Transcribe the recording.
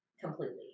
completely